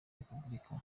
repubulika